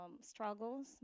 struggles